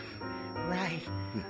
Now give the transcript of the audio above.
Right